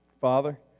Father